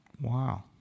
Wow